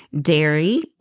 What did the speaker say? dairy